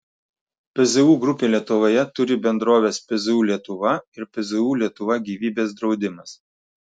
pzu grupė lietuvoje turi bendroves pzu lietuva ir pzu lietuva gyvybės draudimas